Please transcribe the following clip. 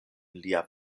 lia